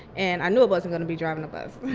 and i knew it wasn't going to be driving a bus.